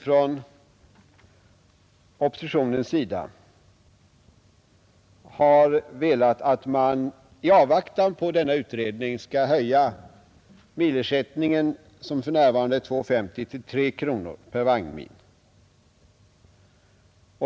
Från oppositionens sida har vi begärt att man i avvaktan på bussbidragsutredningens resultat skall höja milersättningen från nuvarande 2:50 till 3 kronor.